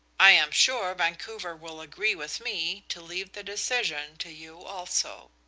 i am sure vancouver will agree with me to leave the decision to you also.